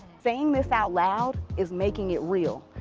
saying this out loud is making it real,